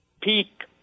peak